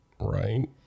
Right